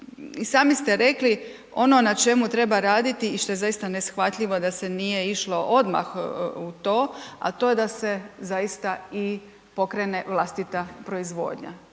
sami ste rekli ono na čemu treba raditi i što je zaista neshvatljivo da se nije išlo odmah u to, a to je da se zaista i pokrene vlastita proizvodnja.